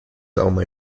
only